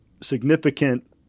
significant